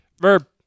Verb